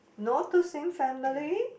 not the same family